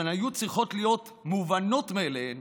שהיו צריכות להיות מובנות מאליהן